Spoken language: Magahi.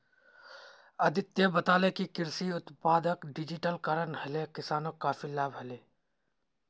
अदित्य बताले कि कृषि उत्पादक डिजिटलीकरण हले किसानक काफी लाभ हले